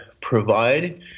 provide